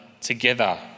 together